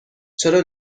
چرا